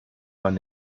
man